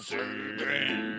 Satan